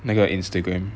那个 Instagram